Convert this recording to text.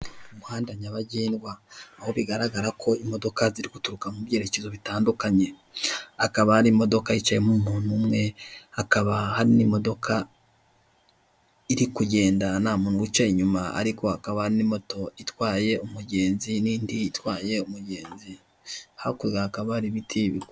Kuri iyi shusho ya gatatu ndabona ibinyabiziga by'abashinzwe umutekano wo mu Rwanda, ikinyabiziga kimwe gifite ikarita y'ikirango k'ibinyabiziga, gifite inyuguti ra na pa nomero magana abiri na makumyabiri na kane na.